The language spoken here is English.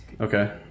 Okay